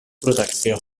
protecció